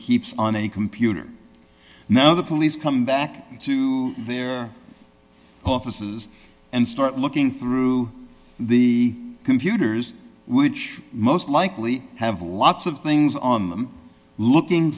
keeps on a computer now the police come back to their offices and start looking through the computers which most likely have lots of things on them looking